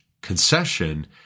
concession